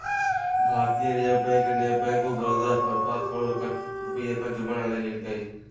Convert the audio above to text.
भारतीय reserve bank ने bank of Baroda पर पांच करोड़ रुपया के जुर्माना लगैलके